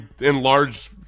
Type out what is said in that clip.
enlarged